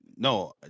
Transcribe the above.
No